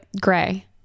gray